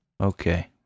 Okay